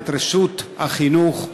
את רשות החינוך,